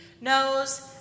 knows